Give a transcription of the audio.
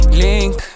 link